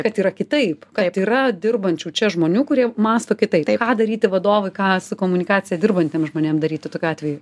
kad yra kitaip kad yra dirbančių čia žmonių kurie mąsto kitaip ką daryti vadovui ką su komunikacija dirbantiem žmonėm daryti tokiu atveju